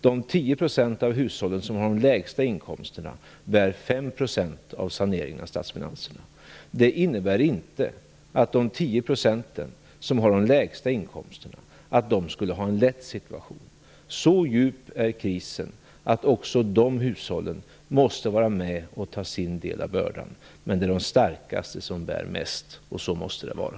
De 10 % av hushållen som har de lägsta inkomsterna bär 5 % av saneringen av statsfinanserna. Det innebär inte att de 10 % som har de lägsta inkomsterna skulle ha en lätt situation. Så djup är krisen att också de hushållen måste vara med och ta sin del av bördan. Men det är de starkaste som bär mest, och så måste det vara.